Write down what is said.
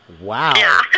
Wow